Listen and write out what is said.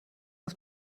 auf